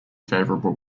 favorable